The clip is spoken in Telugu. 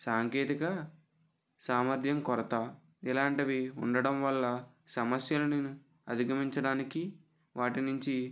సాంకేతిక సామర్థ్యం కొరత ఇలాంటివి ఉండటం వల్ల సమస్యలను అధిగమించడానికి వాటి నుంచి